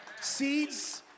Seeds